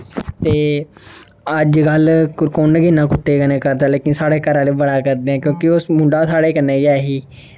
ते अज्जकल कु'न इ'न्ना कुत्ते कन्नै करदा लेकिन साढ़े घरे आह्ले बड़ा करदे क्योंकि ओह् मुंडा दा साढ़े कन्नै गै ऐ ही